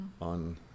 on